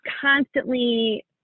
constantly